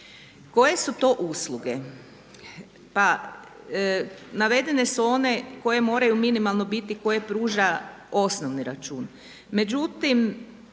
Koje su to usluge? Pa navedene su one koje moraju minimalno biti koje pruža osnovni račun.